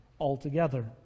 altogether